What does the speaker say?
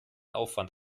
aufwand